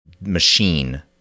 machine